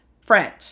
friend